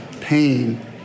pain